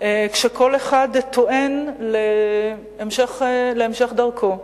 כשכל אחד טוען להמשך דרכו.